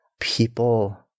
people